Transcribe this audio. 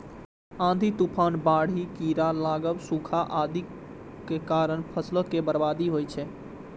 आंधी, तूफान, बाढ़ि, कीड़ा लागब, सूखा आदिक कारणें फसलक बर्बादी होइ छै